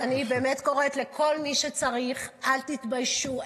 אני באמת קוראת לכל מי שצריך: אל תתביישו,